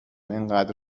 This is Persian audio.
انقدر